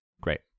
Great